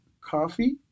coffee